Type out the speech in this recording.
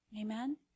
Amen